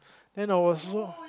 then I was so